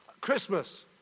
Christmas